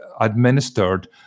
administered